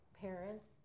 parents